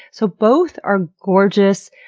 so both are gorgeous,